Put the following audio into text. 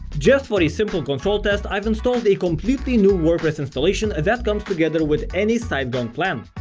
just for a simple control test i've installed a completely new wordpress installation that comes together with any siteground plan.